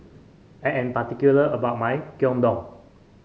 I am particular about my Gyudon